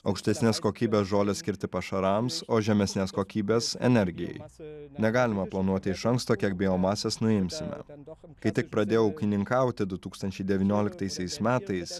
aukštesnės kokybės žolę skirti pašarams o žemesnės kokybės energijai esą negalima planuoti iš anksto kiek biomasės nuimsime ten dokams kai tik pradėjau ūkininkauti du tūkstančiai devynioliktaisiais metais